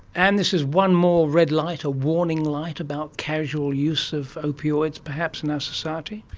and this is one more red light, a warning light about casual use of opioids perhaps in our society.